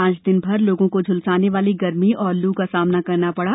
आज दिन भर लोगों को झूलसाने वाली गर्मी और लू का सामना करना पड़ा